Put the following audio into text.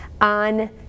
on